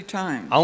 times